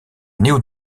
néo